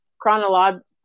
chronological